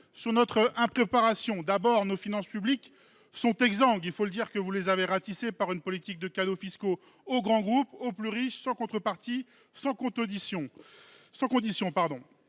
sur notre impréparation. D’abord, nos finances publiques sont exsangues : il faut dire que vous les avez ratissées en consentant des cadeaux fiscaux aux grands groupes, aux plus riches, sans contreparties ni conditions.